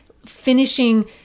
finishing